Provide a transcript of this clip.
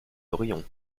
horion